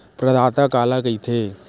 प्रदाता काला कइथे?